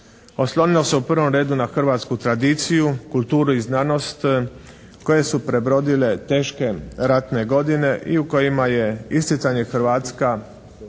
Oslonilo se u prvom redu na hrvatsku tradiciju, kulturu i znanost koje su prebrodile teške ratne godine i u kojima je isticanje hrvatstva